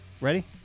Ready